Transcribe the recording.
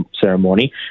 ceremony